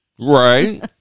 Right